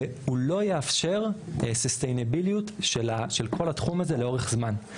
והוא לא יאפשר ססטינביליות של כל התחום הזה לאורך זמן,